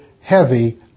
heavy